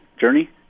journey